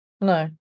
No